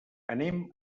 anem